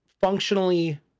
functionally